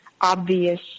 obvious